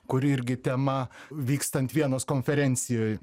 kuri irgi tema vykstant vienos konferencijoj